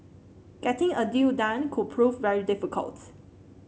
getting a deal done could prove very difficult